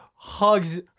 Hugs